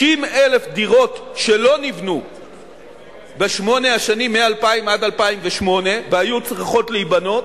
60,000 דירות שלא נבנו בשמונה השנים 2000 2008 והיו צריכות להיבנות,